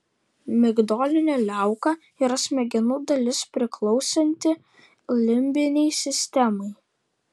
migdolinė liauka yra smegenų dalis priklausanti limbinei sistemai